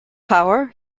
power